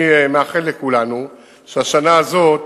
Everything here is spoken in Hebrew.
אני מאחל לכולנו שהשנה הזאת,